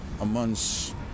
amongst